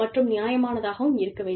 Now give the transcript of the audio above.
மற்றும் நியாயமானதாகவும் இருக்க வேண்டும்